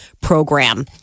program